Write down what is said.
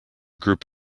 group